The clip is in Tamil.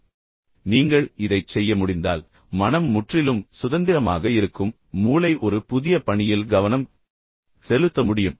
ஆனால் நீங்கள் இதைச் செய்ய முடிந்தால் மனம் முற்றிலும் சுதந்திரமாக இருக்கும் பின்னர் மூளை ஒரு புதிய பணியில் கவனம் செலுத்த முடியும்